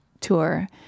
tour